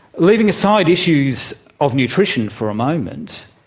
leaving aside issues of nutrition for a moment,